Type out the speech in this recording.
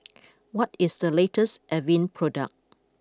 what is the latest Avene product